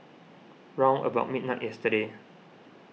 round about midnight yesterday